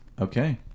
Okay